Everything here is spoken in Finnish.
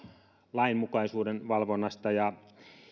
lainmukaisuuden valvonnasta ja